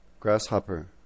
Grasshopper